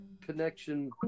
connection